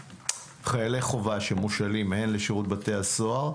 לחיילי חובה שמושאלים הן לשירות בתי הסוהר,